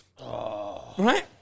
Right